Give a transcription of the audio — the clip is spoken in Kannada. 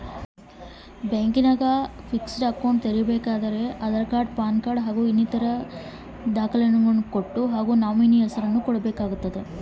ನಾನು ಬ್ಯಾಂಕಿನಾಗ ಫಿಕ್ಸೆಡ್ ಅಕೌಂಟ್ ತೆರಿಬೇಕಾದರೆ ಏನೇನು ಕಾಗದ ಪತ್ರ ಕೊಡ್ಬೇಕು?